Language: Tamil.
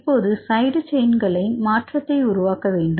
இப்போது சைடு செயின்களை மாற்றத்தை உருவாக்க வேண்டும்